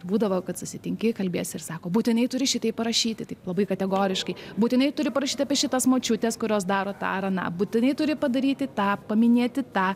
būdavo kad susitinki kalbiesi ir sako būtinai turi šitaip parašyti taip labai kategoriškai būtinai turi parašyt apie šitas močiutes kurios daro tą ar aną būtinai turi padaryti tą paminėti tą